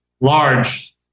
large